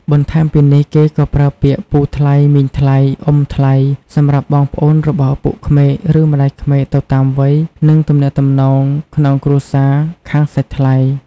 បន្ថែមពីនេះ គេក៏ប្រើពាក្យ ពូថ្លៃ មីងថ្លៃ អ៊ំថ្លៃ សម្រាប់បងប្អូនរបស់ឪពុកក្មេក ឬម្ដាយក្មេក ទៅតាមវ័យ និងទំនាក់ទំនងក្នុងគ្រួសារខាងសាច់ថ្លៃ។